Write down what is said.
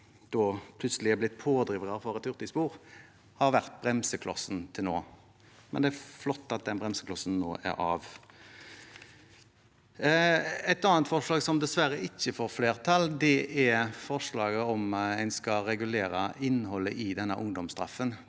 nå plutselig er blitt pådrivere for et hurtigspor, har altså vært bremseklossen til nå. Det er flott at den bremseklossen nå er av. Et annet forslag som dessverre ikke får flertall, er forslaget om en skal regulere innholdet i denne ungdomsstraffen.